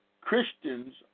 Christians